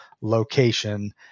location